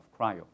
cryo